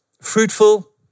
fruitful